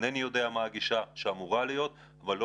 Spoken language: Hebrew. אינני יודע מה הגישה שאמורה להיות אבל לא